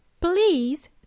please